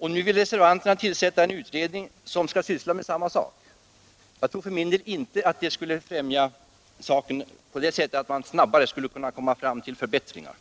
Nu vill reservanterna tillsätta en utredning som skall syssla med samma sak. Jag tror för min del inte att det skulle främja saken så att man snabbare åstadkom förbättringar.